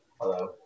Hello